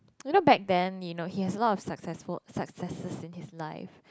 you know back then you know he has a lot successful successes in his life